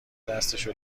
دستشو